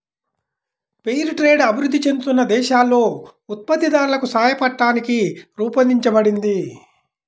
fair trade అభివృద్ధి చెందుతున్న దేశాలలో ఉత్పత్తిదారులకు సాయపట్టానికి రూపొందించబడింది